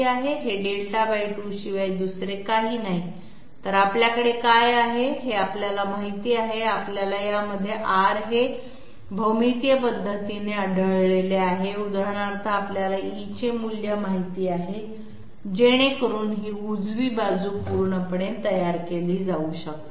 हे δ 2 शिवाय दुसरे काहीही नाही तर आपल्याकडे काय आहे हे माहित आहे आपल्याला यामध्ये R हे भौमितीय पद्धतीने आढळले आहे उदाहरणार्थ आपल्याला e चे मूल्य माहित आहे जेणेकरून ही उजवी बाजू पूर्णपणे तयार केली जाऊ शकते